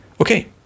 okay